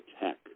Tech